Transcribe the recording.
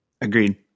Agreed